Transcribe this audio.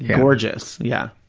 gorgeous, yeah.